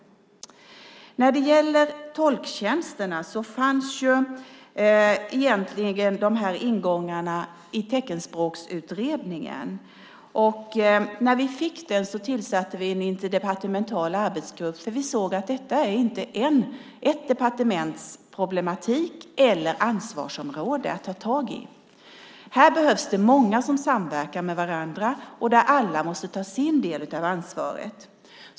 När det gäller tolktjänsterna fanns egentligen de här ingångarna i Teckenspråksutredningen. När vi fick den tillsatte vi en interdepartemental arbetsgrupp, för vi såg att det inte är endast ett departements problematik eller ansvarsområde att ta tag i detta. Här behövs många som samverkar med varandra, och alla måste ta sin del av ansvaret.